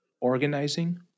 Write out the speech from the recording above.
organizing